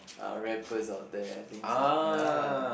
uh rappers out there I think so ya